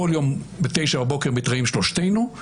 בכל יום בתשע בבוקר נפגשים שלושתנו.